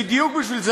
בדיוק בשביל זה